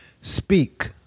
Speak